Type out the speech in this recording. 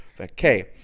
Okay